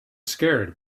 scared